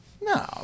No